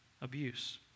abuse